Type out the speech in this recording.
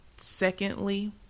Secondly